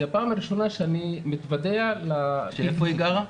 זה הפעם הראשונה שאני מתוודע ל- -- איפה היא גרה?